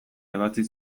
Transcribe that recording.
ebatzi